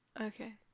Okay